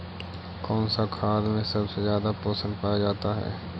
कौन सा खाद मे सबसे ज्यादा पोषण पाया जाता है?